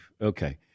Okay